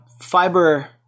fiber –